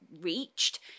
reached